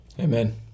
Amen